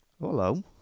hello